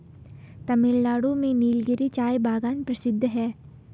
तमिलनाडु में नीलगिरी चाय बागान प्रसिद्ध है